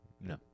No